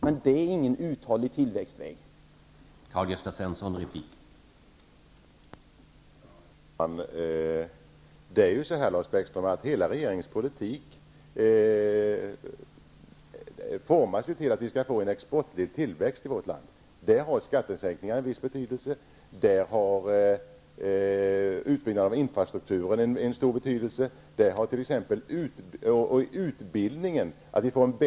Men det är ingen väg som leder till uthållig tillväxt.